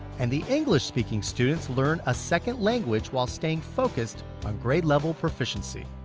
and the english speaking students learn a second language while staying focused on grade level proficiency.